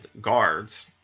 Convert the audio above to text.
guards